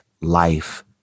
life